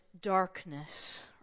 darkness